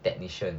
technician